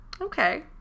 okay